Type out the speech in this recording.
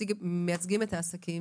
ואלה שמייצגים את העסקים,